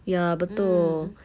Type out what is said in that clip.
ya betul